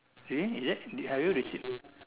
eh is it have you receive